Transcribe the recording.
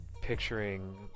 picturing